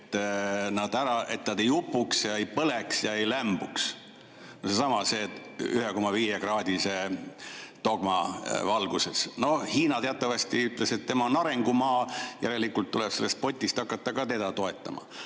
abistamiseks, et nad ei upuks ega põleks ega lämbuks. Sellesama 1,5‑kraadise dogma valguses. Noh, Hiina teatavasti ütles, et tema on arengumaa, järelikult tuleb sellest potist hakata ka teda toetama.